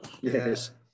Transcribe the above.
yes